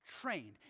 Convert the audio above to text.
trained